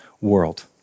world